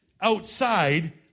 outside